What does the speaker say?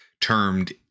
termed